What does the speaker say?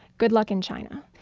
good luck in china.